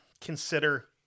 consider